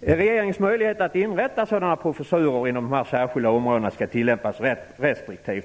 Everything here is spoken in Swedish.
Regeringens möjlighet att inrätta professurer inom särskilda områden skall tilllämpas restriktivt.